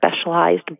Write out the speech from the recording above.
specialized